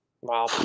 Wow